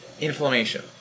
inflammation